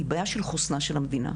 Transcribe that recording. היא בעיה של חוסנה של המדינה.